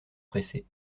pressée